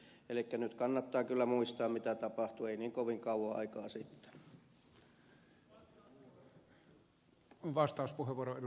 elikkä nyt kannattaa kyllä muistaa mitä tapahtui ei niin kovin kauan aikaa sitten